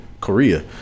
Korea